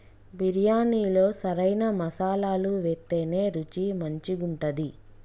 బిర్యాణిలో సరైన మసాలాలు వేత్తేనే రుచి మంచిగుంటది